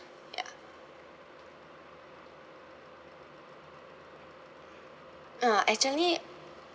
ya ah actually